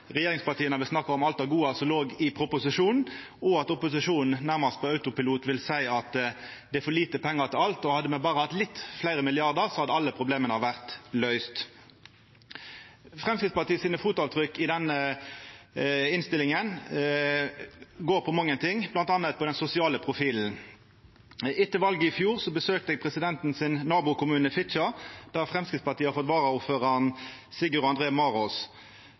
lite pengar til alt, og hadde me berre hatt litt fleire milliardar, hadde alle problema vore løyste. Framstegspartiet sine fotavtrykk i denne innstillinga går på mykje, m.a. på den sosiale profilen. Etter valet i fjor besøkte eg presidentens nabokommune, Fitjar, der Framstegspartiet har fått varaordføraren, Sigurd André Marås.